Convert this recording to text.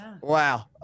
Wow